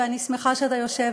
ואני שמחה שאתה יושב